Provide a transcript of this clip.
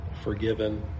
forgiven